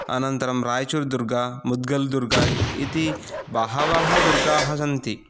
अनन्तरं रायचूर्दुर्गा मुद्गल्दुर्गा इति बहवः दुर्गाः सन्ति